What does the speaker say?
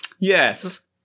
yes